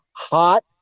Hot